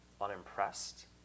unimpressed